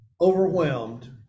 Overwhelmed